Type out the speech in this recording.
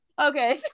Okay